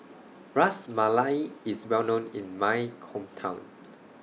Ras Malai IS Well known in My Hometown